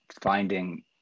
finding